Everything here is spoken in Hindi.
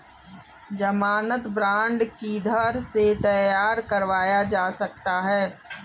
ज़मानत बॉन्ड किधर से तैयार करवाया जा सकता है?